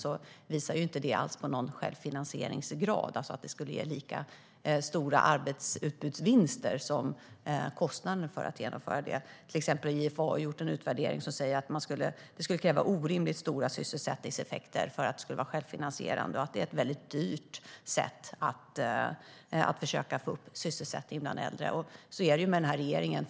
De visar inte alls på någon självfinansieringsgrad, alltså att det skulle ge lika stora arbetsutbudsvinster som kostnaden för att genomföra det. Till exempel har IFAU gjort en utvärdering som säger att det skulle krävas orimligt stora sysselsättningseffekter för att det skulle vara självfinansierande och att det är ett väldigt dyrt sätt att försöka få upp sysselsättningen bland äldre. Så här är det med den här regeringen.